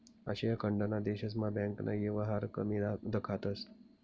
आशिया खंडना देशस्मा बँकना येवहार कमी दखातंस